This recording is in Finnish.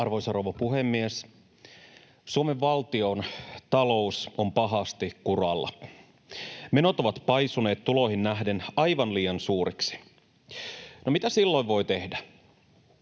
Arvoisa rouva puhemies! Suomen valtiontalous on pahasti kuralla. Menot ovat paisuneet tuloihin nähden aivan liian suuriksi. No, mitä silloin voi tehdä?